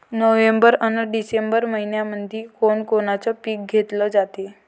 November अन December मइन्यामंधी कोण कोनचं पीक घेतलं जाते?